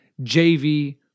JV